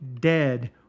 dead